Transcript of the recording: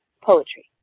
poetry